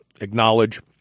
acknowledge